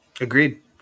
agreed